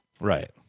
right